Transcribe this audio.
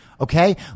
Okay